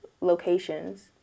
locations